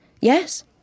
Yes